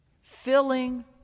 filling